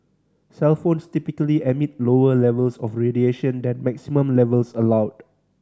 cellphones typically emit lower levels of radiation than maximum levels allowed